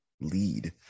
lead